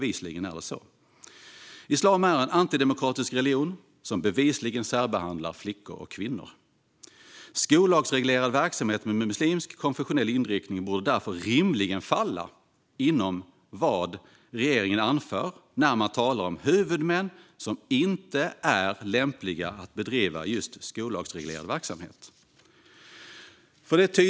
Islam är en antidemokratisk religion som bevisligen särbehandlar flickor och kvinnor. Skollagsreglerad verksamhet med muslimsk konfessionell inriktning borde därför rimligen falla inom ramen för vad regeringen anför när man talar om huvudmän som inte är lämpliga att bedriva just skollagsreglerad verksamhet.